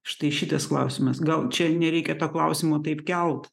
štai šitas klausimas gal čia nereikia to klausimo taip kelt